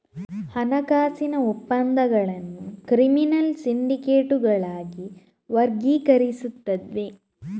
ಹಣಕಾಸಿನ ಒಪ್ಪಂದಗಳನ್ನು ಕ್ರಿಮಿನಲ್ ಸಿಂಡಿಕೇಟುಗಳಾಗಿ ವರ್ಗೀಕರಿಸುತ್ತವೆ